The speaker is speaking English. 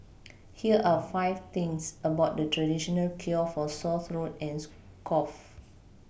here are five things about the traditional cure for sore throat and cough